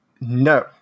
No